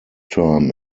term